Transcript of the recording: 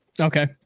Okay